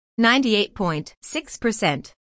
98.6%